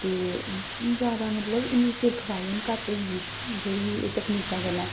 ते जैदा मतलब इन्नी सिर खपाई हून घट्ट होई गेई जेह्ड़ी एह् तकनीकां कन्नै